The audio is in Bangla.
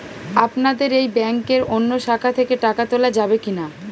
আপনাদের এই ব্যাংকের অন্য শাখা থেকে টাকা তোলা যাবে কি না?